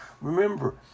Remember